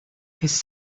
his